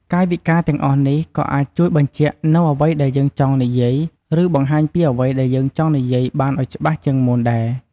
កាយវិការទាំងនេះក៏អាចជួយបញ្ជាក់នូវអ្វីដែលយើងចង់និយាយ ឬ បង្ហាញពីអ្វីដែលយើងចង់និយាយឱ្យបានច្បាស់ជាងមុនដែរ។